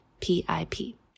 P-I-P